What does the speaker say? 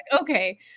okay